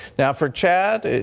now, for chad, and